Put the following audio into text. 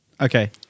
Okay